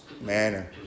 manner